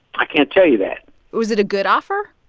i can't tell you that was it a good offer?